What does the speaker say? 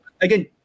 Again